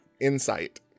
Insight